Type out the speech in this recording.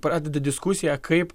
pradeda diskusiją kaip